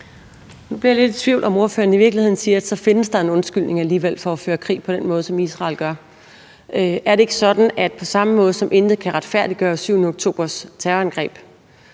Nu bliver jeg lidt i tvivl, om ordføreren i virkeligheden siger, at der så alligevel findes en undskyldning for at føre krig på den måde, som Israel gør. Er det ikke sådan, at på samme måde, som intet kan retfærdiggøre den 7. oktobers terrorangreb,